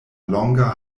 longa